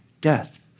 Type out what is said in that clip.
death